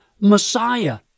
Messiah